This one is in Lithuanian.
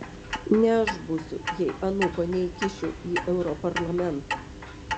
ne aš būsiu jei anūko neįkišiu į europarlamentą